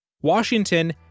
Washington